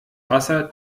wasser